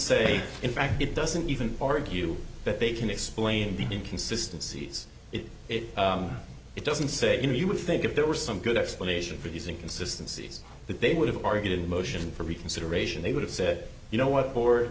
say in fact it doesn't even argue that they can explain the consistencies it it doesn't say you know you would think if there were some good explanation for these inconsistencies that they would have argued a motion for reconsideration they would have said you know what